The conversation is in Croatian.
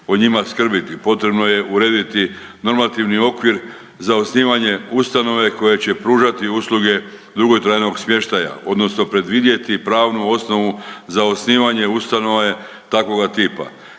o njima skrbiti. Potrebno je urediti normativni okvir za osnivanje ustanove koja će pružati usluge dugotrajnog smještaja odnosno predvidjeti pravnu osnovu za osnivanje ustanove takvoga tipa.